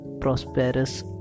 prosperous